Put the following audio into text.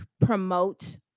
promote